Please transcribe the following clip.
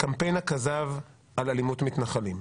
קמפיין הכזב על אלימות מתנחלים.